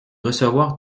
recevoir